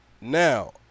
Now